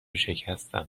شکستم